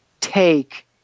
take